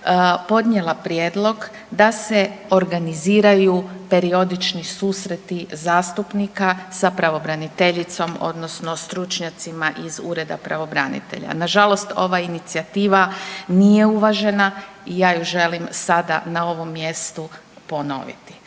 podnijela prijedlog da se organiziraju periodični susreti zastupnika sa pravobraniteljicom odnosno stručnjacima iz Ureda pravobranitelja. Nažalost, ova inicijativa nije uvažena i ja ju želim sada na ovom mjestu ponoviti.